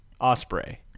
osprey